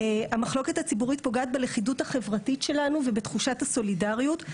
המחלוקת הציבורית פוגעת בלכידות החברתית שלנו ובתחושת הסולידריות,